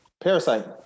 Parasite